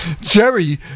Jerry